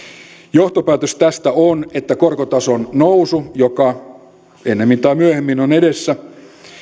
johtopäätös tästä on että korkotason nousu joka ennemmin tai myöhemmin on edessä